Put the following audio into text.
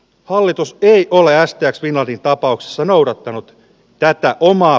hallitus ei ole asteet minardin tapauksessa noudattanut käyttää omaa